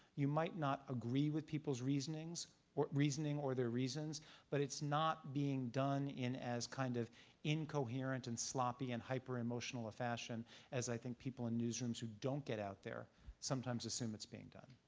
you might not agree with people's reasoning or reasoning or their reasons but it's not being done in as kind of incoherent and sloppy and hyper emotional a fashion as i think people in newsrooms who don't get out there sometimes assume it's being done.